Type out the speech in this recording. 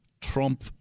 Trump